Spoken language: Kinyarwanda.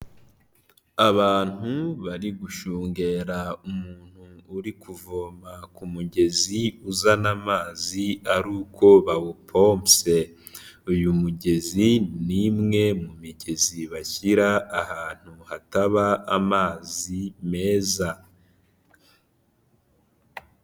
Abantu bari gushungera umuntu uri kuvoma kumugezi uzana amazi ariko bawupompye uyu mugezi n'umwe mu migezi bashyira ahantu hataba amazi meza.